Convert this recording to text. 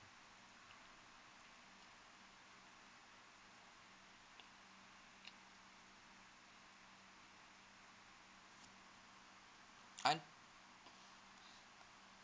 unpaid